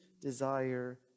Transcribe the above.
desire